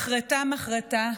מחרטה-מחרטה,